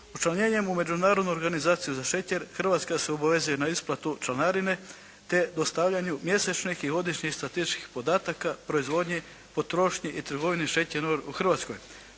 Učlanjenjem u Međunarodnu organizaciju za šećer Hrvatska se obavezuje na isplatu članarine te dostavljanju mjesečnih i godišnjih statističkih podataka, proizvodnji, potrošnji i trgovini šećerom u Hrvatskoj.